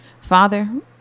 Father